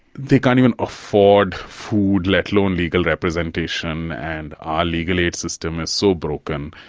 they can't even afford food, let alone legal representation, and our legal aid system is so broken,